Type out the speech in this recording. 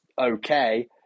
okay